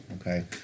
okay